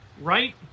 right